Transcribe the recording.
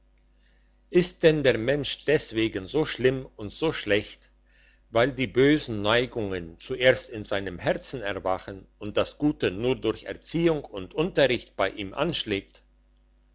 ist denn der mensch deswegen so schlimm und so schlecht weil die bösen neigungen zuerst in seinem herzen erwachen und das gute nur durch erziehung und unterricht bei ihm anschlägt